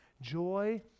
Joy